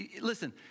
listen